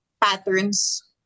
patterns